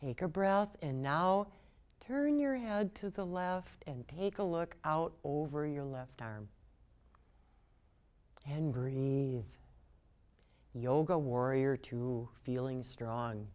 take a breath and now turn your head to the left and take a look out over your left arm and re yoga warrior two feeling strong